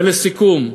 ולסיכום,